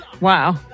Wow